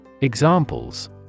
Examples